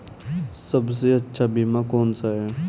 सबसे अच्छा बीमा कौन सा है?